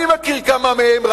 אני מכיר כמה מהם,